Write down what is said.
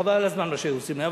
חבל על הזמן מה שהיו עושים להם.